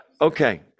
Okay